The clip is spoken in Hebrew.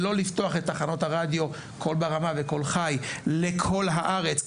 ולא לפתוח את תחנות הרדיו קול ברמה וקול חי לכל הארץ,